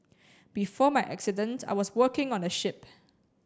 before my accident I was working on a ship